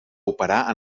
operar